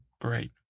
great